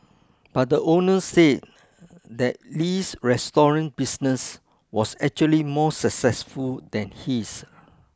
but the owner said that Li's restaurant business was actually more successful than his